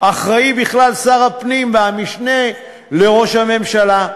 אחראי בכלל שר הפנים והמשנה לראש הממשלה,